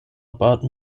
about